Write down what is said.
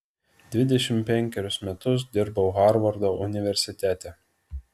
dvidešimt penkerius metus dirbau harvardo universitete